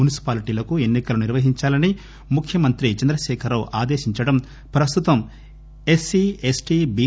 మున్సిపాలిటీలకు ఎన్ని కలు నిర్వహించాలని ముఖ్యమంత్రి చంద్రశేఖరరావు ఆదేశించడం ప్రస్తుతం ఎస్పీ ఎస్పీ బి